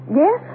yes